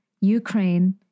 Ukraine